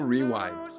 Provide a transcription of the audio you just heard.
Rewind